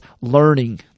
learning